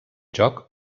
joc